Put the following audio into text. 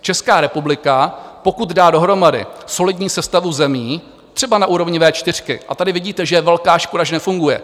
Česká republika, pokud dá dohromady solidní sestavu zemí, třeba na úrovni Vé čtyřky a tady vidíte, že je velká škoda, že nefunguje.